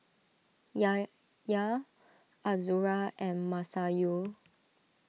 Yahya Azura and Masayu